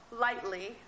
lightly